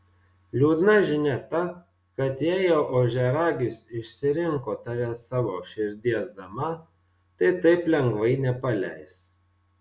liūdna žinia ta kad jei jau ožiaragis išsirinko tave savo širdies dama tai taip lengvai nepaleis